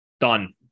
Done